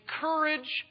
courage